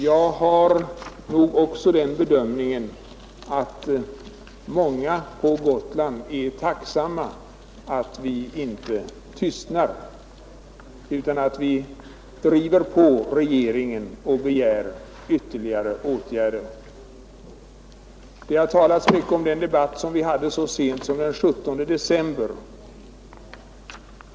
Jag har också den uppfattningen att många på Gotland är tacksamma att vi inte tystnar utan att vi driver på regeringen och begär ytterligare åtgärder. Det har talats mycket om den debatt vi hade så sent som den 17 december.